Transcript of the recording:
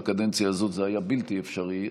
בקדנציה הזאת זה היה בלתי אפשרי,